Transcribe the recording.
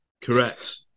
Correct